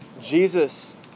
Jesus